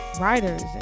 writers